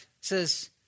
says